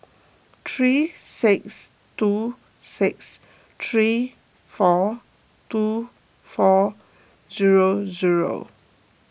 three six two six three four two four zero zero